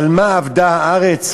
על מה אבדה הארץ,